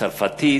צרפתית,